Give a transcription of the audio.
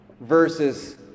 versus